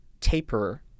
taper